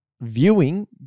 viewing